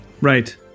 Right